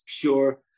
pure